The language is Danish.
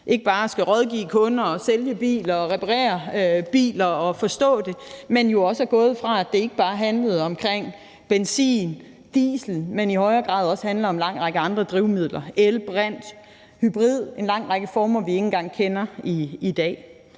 ikke bare skal rådgive kunder og sælge biler og reparere biler og forstå det, men er gået fra, at det ikke bare handler om benzin og diesel, men i højere grad også handler om en lang række andre drivmidler – el, brint, hybrid, en lang række former, vi ikke engang kender i dag.